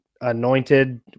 anointed